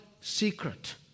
secret